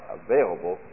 available